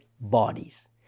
bodies